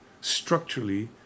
structurally